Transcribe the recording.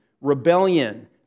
rebellion